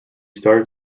started